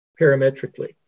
parametrically